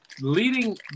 leading